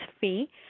fee